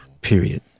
period